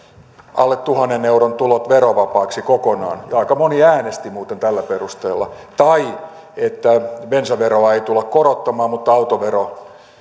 alle tuhannen euron tulot verovapaaksi kokonaan ja aika moni äänesti muuten tällä perusteella tai että bensaveroa ei tulla korottamaan mutta